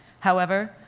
however,